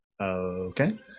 Okay